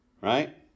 right